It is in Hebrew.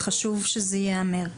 וחשוב שזה ייאמר.